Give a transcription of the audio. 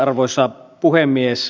arvoisa puhemies